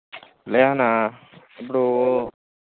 లేదన్న ఇప్పుడు